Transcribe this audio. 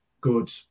good